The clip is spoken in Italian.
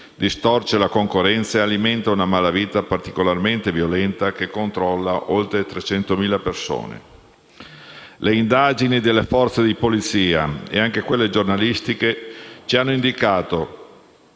distorce la concorrenza e alimenta una malavita particolarmente violenta che controlla oltre 300.000 persone. Le indagini delle Forze di polizia e anche quelle giornalistiche ci hanno indicato